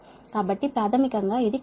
కాబట్టి ప్రాథమికంగా ఇది కొసైన్ కాబట్టి 0